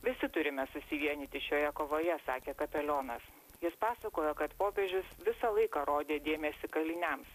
visi turime susivienyti šioje kovoje sakė kapelionas jis pasakojo kad popiežius visą laiką rodė dėmesį kaliniams